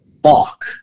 balk